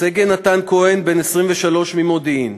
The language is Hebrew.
סגן נתן כהן, בן 23, ממודיעין,